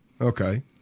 Okay